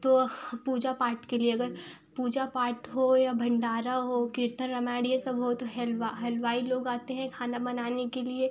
तो पूजा पाठ के लिए अगर पूजा पाठ हो या भंडारा हो कीर्तन रामायण ये सब हो तो हलवा हलवाई लोग आते हैं खाना बनाने के लिए